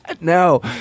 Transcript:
No